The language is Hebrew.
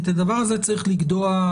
את הדבר הזה צריך לגדוע,